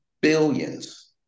billions